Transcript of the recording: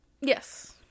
Yes